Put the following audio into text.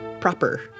proper